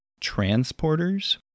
transporters